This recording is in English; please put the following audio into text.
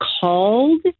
called